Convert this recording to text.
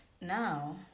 now